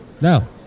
No